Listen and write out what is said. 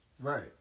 Right